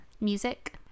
music